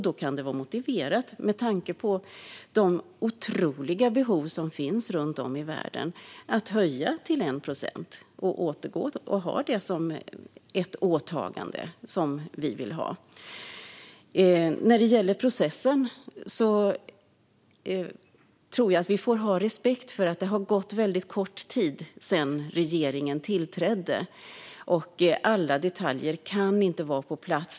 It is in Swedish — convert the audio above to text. Då kan det, med tanke på de otroliga behov som finns runt om i världen, vara motiverat att höja till 1 procent och ha detta som ett åtagande, vilket vi vill. När det gäller processen tror jag att vi får ha respekt för att det har gått väldigt kort tid sedan regeringen tillträdde. Alla detaljer kan inte vara på plats.